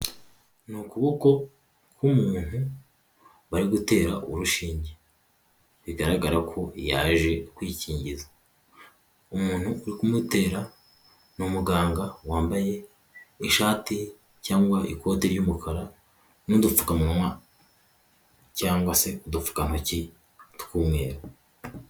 Ni ukuboko k'umuntu bari gutera urushinge bigaragara ko yaje kwikingiza. Umuntu uri kumutera ni umuganga wambaye ishati cyangwa ikote ry'umukara n'udupfukamunwa cyangwa se udupfukantoki tw'umweru.